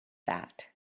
that